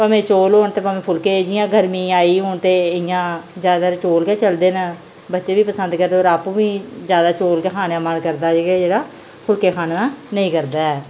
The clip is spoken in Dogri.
भामें चौल होन ते भामें फुल्के जि'यां गर्मी आई हून ते इयां जैदातर चौल गै चलदे न बच्चे बी पसंद करदे और आपूं बी जैदा चौल गै खाने दा मन करदा की जे जेह्ड़ा फुल्के खाने दा नेईं करदा ऐ